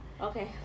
Okay